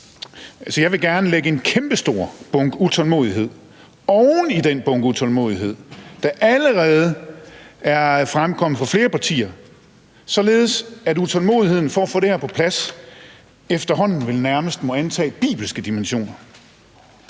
Jeg vil gerne lægge en kæmpe stor bunke utålmodighed oven i den bunke utålmodighed, der allerede er fremkommet fra flere partiers side, således at utålmodigheden med at få det på plads efterhånden vel nærmest må antage bibelske dimensioner.